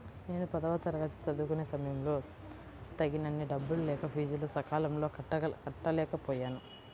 నేను పదవ తరగతి చదువుకునే సమయంలో తగినన్ని డబ్బులు లేక ఫీజులు సకాలంలో కట్టలేకపోయాను